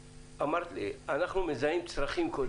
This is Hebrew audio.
אמרת לי שאתם קודם כל מזהים צרכים.